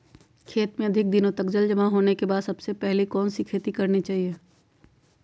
खेत में अधिक दिनों तक जल जमाओ होने के बाद सबसे पहली कौन सी खेती करनी चाहिए?